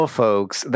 folks